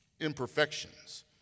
imperfections